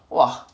!wah!